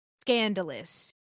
scandalous